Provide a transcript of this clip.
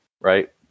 right